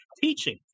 teaching